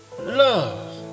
Love